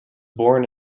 born